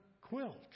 quilt